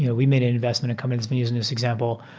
yeah we made an investment in companies using this example.